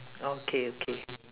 okay okay